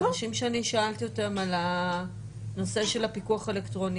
אנשים שאני שאלתי אותם על הנושא של הפיקוח האלקטרוני,